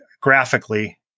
graphically